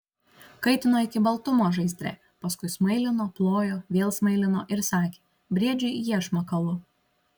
kaitino iki baltumo žaizdre paskui smailino plojo vėl smailino ir sakė briedžiui iešmą kalu